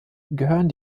gehören